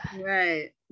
right